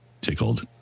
tickled